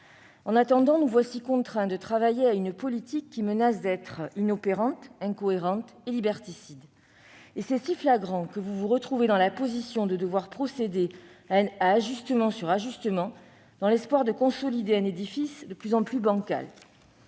En attendant, nous voilà contraints de travailler sur une politique qui menace d'être inopérante, incohérente et liberticide. Et c'est si flagrant que vous vous retrouvez dans la position de devoir procéder à ajustement sur ajustement, dans l'espoir de consolider un édifice de plus en plus bancal.